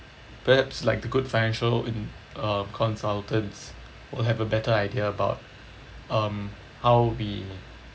perhaps like the good financial in uh consultants will have a better idea about um how we